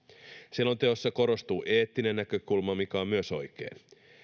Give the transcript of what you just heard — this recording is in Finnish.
selonteossa korostuu eettinen näkökulma mikä on myös oikein